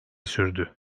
sürdü